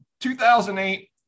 2008